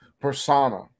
persona